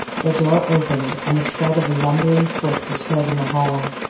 their door opened and the tread of a lumbering foot was heard in the hall.